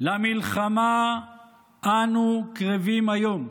"למלחמה אנו קרבים היום.